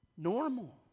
normal